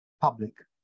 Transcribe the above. public